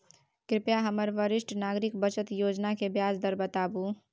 कृपया हमरा वरिष्ठ नागरिक बचत योजना के ब्याज दर बताबू